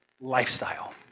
lifestyle